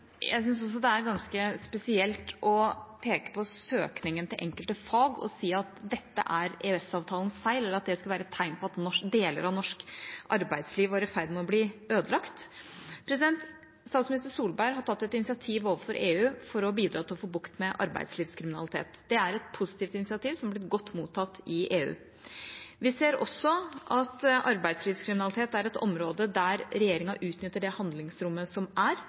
Jeg synes også det er ganske spesielt å peke på søkningen til enkelte fag og si at dette er EØS-avtalens feil, eller at det skal være et tegn på at deler av norsk arbeidsliv er i ferd med å bli ødelagt. Statsminister Solberg har tatt et initiativ overfor EU for å bidra til å få bukt med arbeidslivskriminalitet. Det er et positivt initiativ som er blitt godt mottatt i EU. Vi ser også at arbeidslivskriminalitet er et område der regjeringa utnytter det handlingsrommet som er